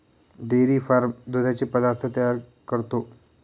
dairy farm दुधाचे पदार्थ तयार करतो